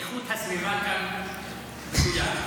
איכות הסביבה כאן גדולה.